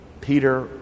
Peter